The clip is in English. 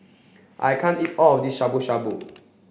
I can't eat all of this Shabu Shabu